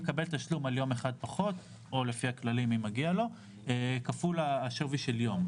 תשלום על יום אחד פחות כפול השווי של יום.